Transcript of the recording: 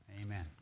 Amen